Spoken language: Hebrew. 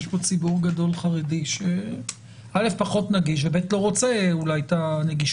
יש פה ציבור גדול חרדי שאלף פחות נגיש ו-בית לא רוצה את הנגישות,